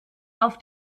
auf